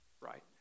right